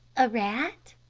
a rat.